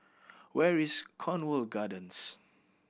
where is Cornwall Gardens